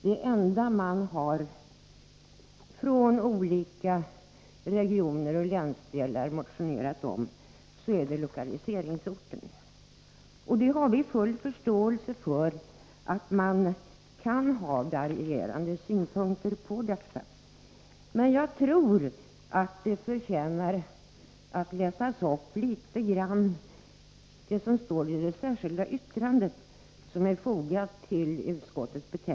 Det enda man från olika regioner och länsdelar har motionerat om är lokaliseringsorten. Vi har full förståelse för att man kan ha varierande synpunkter på detta. Jag tror att en del av det som står i det särskilda yttrandet av Björn Körlof förtjänar att läsas upp.